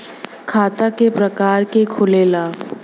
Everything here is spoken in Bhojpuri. खाता क प्रकार के खुलेला?